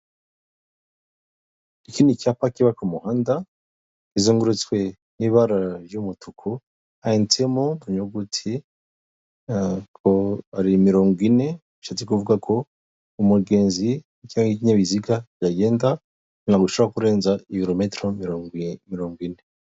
Iki ni cyapa kiba ku muhanda kizengurutswe n'ibara ry'umutuku canditsemo inyuguti ari mirongo ine bishatse kuvuga ko umugenzi cyangwa ikinyabiziga yagenda ntago ushobora kurenza ibirometero mirongo ine.